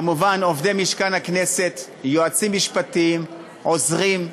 כמובן, עובדי משכן הכנסת, יועצים משפטיים, עוזרים,